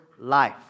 life